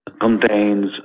contains